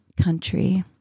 country